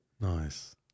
Nice